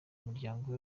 muryango